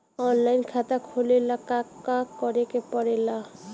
Online खाता खोले ला का का करे के पड़े ला?